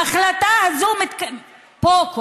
ההחלטה הזו קורית פה,